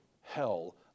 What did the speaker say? hell